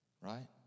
right